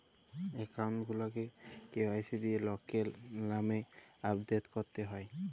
account গুলাকে KYC দিঁয়ে লকের লামে আপডেট ক্যরতে হ্যয়